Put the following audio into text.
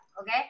okay